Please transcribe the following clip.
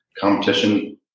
competition